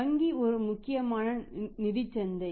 வங்கி ஒரு முக்கியமான நிதிச் சந்தை